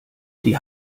die